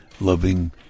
loving